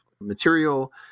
material